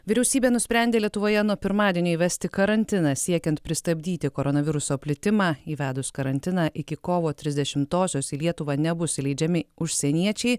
vyriausybė nusprendė lietuvoje nuo pirmadienio įvesti karantiną siekiant pristabdyti koronaviruso plitimą įvedus karantiną iki kovo trisdešimtosios į lietuvą nebus įleidžiami užsieniečiai